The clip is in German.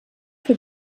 für